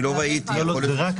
אני לא ראיתי, יכול להיות שפספסתי.